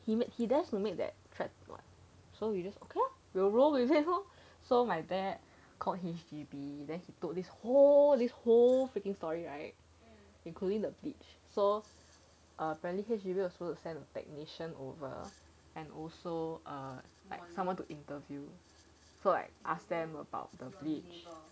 he dares to made that threat to my so just okay lor we'll roll with him lor so my dad called H_D_B then he told this whole this whole freaking story right including the bleach so apparently H_D_B also like send a technician over and also err someone to interview so like asked them about the bleach